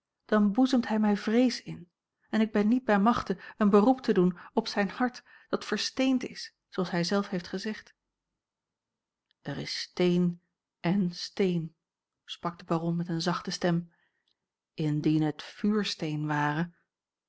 dan boezemt hij mij vrees in en ik ben niet bij machte een beroep te doen op zijn hart dat versteend is zooals hij zelf heeft gezegd er is steen èn steen sprak de baron met eene zachte stem indien het vuursteen ware